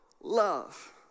love